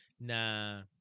Na